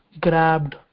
grabbed